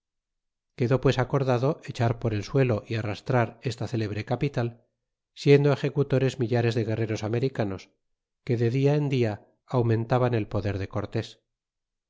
quedó pues acordado echar por el suelo y arrasar esta celebre capital s endo ejecutores millares de guerreros americanos que de dia en dia aumentaban el poder de cortés